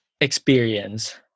experience